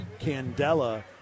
Candela